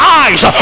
eyes